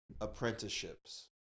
apprenticeships